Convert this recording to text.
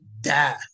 die